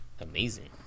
amazing